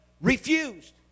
refused